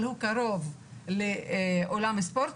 אבל הוא קרוב לאולם ספורט,